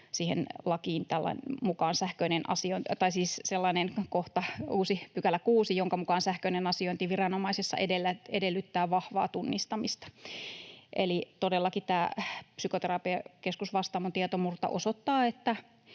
annettuun lakiin lisättäisiin uusi 6 §, jonka mukaan sähköinen asiointi viranomaisessa edellyttää vahvaa tunnistamista. Eli todellakin tämä Psykoterapiakeskus Vastaamon tietomurto osoittaa,